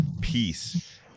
peace